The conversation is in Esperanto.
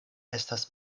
estas